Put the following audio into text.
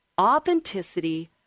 authenticity